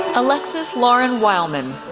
alexis lauren wileman.